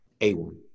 A1